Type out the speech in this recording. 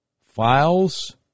files